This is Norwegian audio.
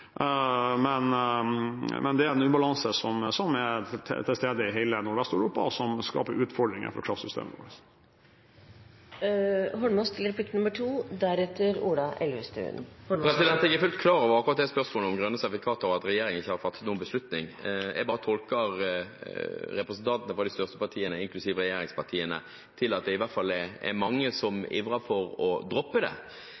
Men det er en ubalanse som er til stede i hele Nordvest-Europa, og som skaper utfordringer for kraftsystemet vårt. Jeg er fullt klar over akkurat det spørsmålet om grønne sertifikater, og at regjeringen ikke har fattet noen beslutning. Jeg bare tolker representantene for de største partiene, inklusiv regjeringspartiene, dit hen at det i hvert fall er mange som ivrer for å droppe det.